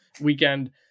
weekend